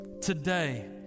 Today